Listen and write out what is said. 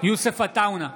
יוסף עטאונה,